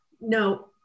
no